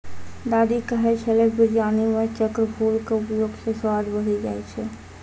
दादी कहै छेलै बिरयानी मॅ चक्रफूल के उपयोग स स्वाद बढ़ी जाय छै